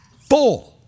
full